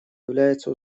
является